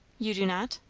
you do not?